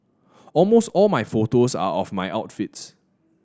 almost all my photos are of my outfits